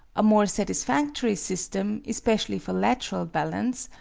a more satisfactory system, especially for lateral balance,